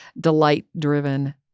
delight-driven